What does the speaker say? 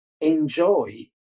enjoy